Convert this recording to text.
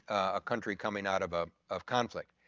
a country coming out of ah of conflict.